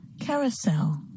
Carousel